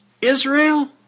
Israel